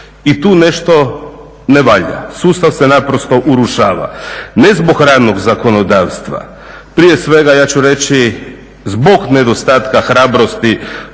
I tu nešto ne valja, sustav se naprosto urušava, ne zbog radnog zakonodavstva, prije svega ja ću reći zbog nedostatka hrabrosti